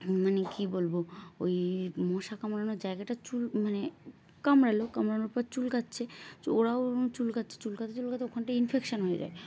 মানে কী বলবো ওই মশা কামড়ানোর জায়গাটা চুল মানে কামড়ালো কামড়ানোর পর চুলকাচ্ছে ওরাও চুলকাচ্ছে চুলকাতে চুলকাতে ওখানটায় ইনফেকশান হয়ে যায়